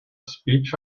speech